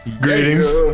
greetings